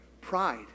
Pride